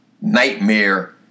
nightmare